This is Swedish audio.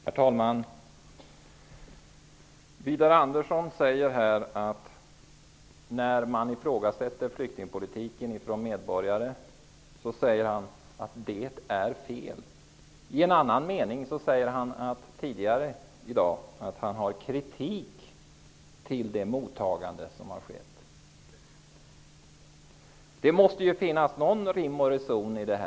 Herr talman! Widar Andersson säger här att det är fel när man från medborgares sida ifrågasätter flyktingpolitiken. Tidigare i dag har han sagt att han vill framföra kritik mot det mottagande som har skett. Det måste finnas någon rim och reson i detta.